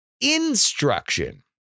instruction